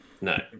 No